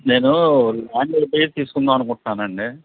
నేనూ ల్యాండ్ ఒకటి తీసుకుందామనుకుంటున్నానండి